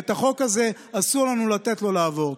החוק הזה, אסור לנו לתת לו לעבור.